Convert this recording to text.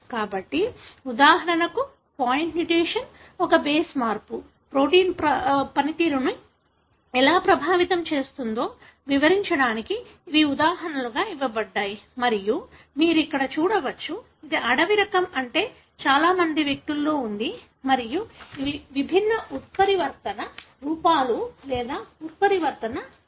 కాబట్టి ఉదాహరణకు point mutation ఒక బేస్ మార్పు ప్రోటీన్ పనితీరును ఎలా ప్రభావితం చేస్తుందో వివరించడానికి ఇవి ఉదాహరణలుగా ఇవ్వబడ్డాయి మరియు మీరు ఇక్కడ చూడవచ్చు ఇది అడవి రకం అంటే చాలా మంది వ్యక్తులలో ఉంది మరియు ఇవి విభిన్న ఉత్పరివర్తన రూపాలు లేదా ఇవి ఉత్పరివర్తన alleles